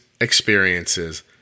experiences